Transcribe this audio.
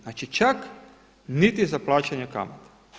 Znači, čak niti za plaćanje kamate.